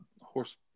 horse